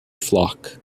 flock